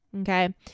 Okay